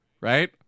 right